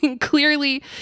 clearly